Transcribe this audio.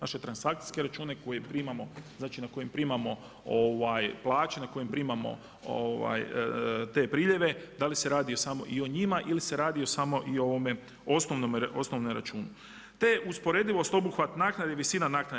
Naše transakcijske račune koje primamo znači na kojem primamo plaće, na kojem primamo te priljeve, da li se radi samo i o njima ili se radi samo i o ovome osnovnom računu te usporedivost obuhvat naknade i visina naknade.